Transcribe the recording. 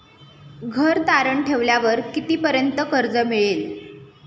घर तारण ठेवल्यावर कितीपर्यंत कर्ज मिळेल?